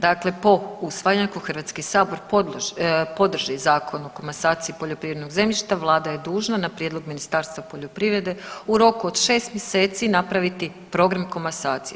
Dakle, po usvajanju ako Hrvatski sabor podrži Zakon o komasaciji poljoprivrednog zemljišta Vlada je dužna na prijedlog Ministarstva poljoprivrede u roku od šest mjeseci napraviti Program komasacije.